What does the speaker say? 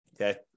Okay